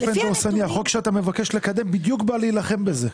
החוק שאתה מבקש לקדם בדיוק בא להילחם בזה.